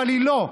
אבל היא לא.